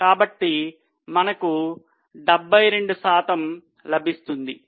కాబట్టి మనకు 72 శాతం లభిస్తుంది